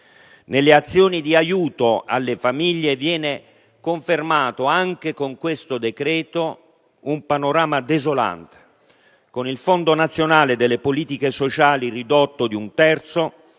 Nelle azioni di aiuto alle famiglie viene confermato anche con questo decreto un panorama desolante, con il Fondo nazionale delle politiche sociali ridotto di un terzo,